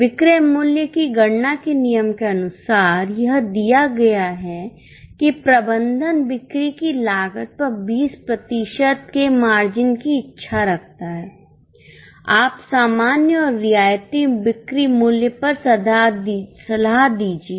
विक्रय मूल्य की गणना के नियम के अनुसार यह दिया गया है कि प्रबंधन बिक्री की लागत पर 20 प्रतिशत के मार्जिन की इच्छा रखता है आप सामान्य और रियायती बिक्री मूल्य पर सलाह दीजिए